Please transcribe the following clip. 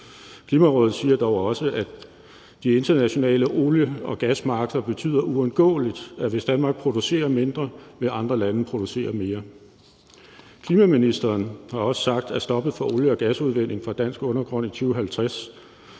Klimarådet siger dog også, at de internationale olie- og gasmarkeder uundgåeligt betyder, at hvis Danmark producerer mindre end det, vil andre lande producere mere. Klimaministeren har også sagt, at stoppet for olie- og gasudvinding fra dansk undergrund i 2050